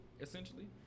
essentially